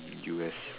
U_S